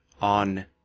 on